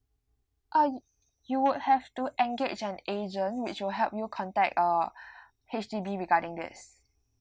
uh y~ you would have to engage an agent which will help you contact uh H_D_B regarding this